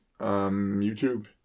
youtube